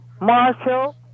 Marshall